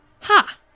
Ha